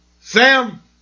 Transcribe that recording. Sam